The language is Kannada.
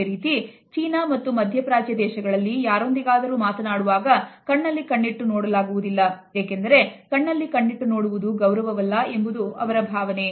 ಅದೇ ರೀತಿ ಚೀನಾ ಮತ್ತು ಮಧ್ಯಪ್ರಾಚ್ಯ ದೇಶಗಳಲ್ಲಿ ಯಾರೊಂದಿಗಾದರೂ ಮಾತನಾಡುವಾಗ ಕಣ್ಣಲ್ಲಿ ಕಣ್ಣಿಟ್ಟು ನೋಡುವುದಿಲ್ಲ ಏಕೆಂದರೆ ಕಣ್ಣಲ್ಲಿ ಕಣ್ಣಿಟ್ಟು ನೋಡುವುದು ಗೌರವವಲ್ಲ ಎಂಬುದು ಅವರ ಭಾವನೆ